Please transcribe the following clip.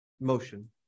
Motion